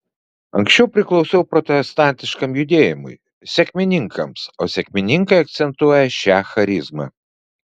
anksčiau priklausiau protestantiškam judėjimui sekmininkams o sekmininkai akcentuoja šią charizmą